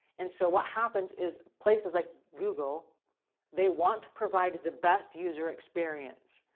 and so what happens is places like google they want to provide the best user experience.